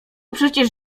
przecież